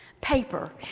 paper